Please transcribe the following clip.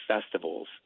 festivals